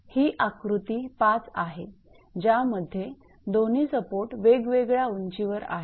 ही आकृती 5 आहे ज्यामध्ये दोन्ही सपोर्ट वेगवेगळ्या उंचीवर आहेत